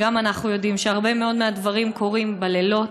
וגם אנחנו יודעים שהרבה מאוד דברים קורים בלילות,